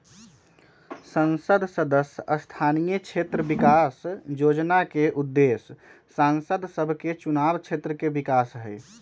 संसद सदस्य स्थानीय क्षेत्र विकास जोजना के उद्देश्य सांसद सभके चुनाव क्षेत्र के विकास हइ